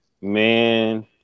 Man